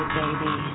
baby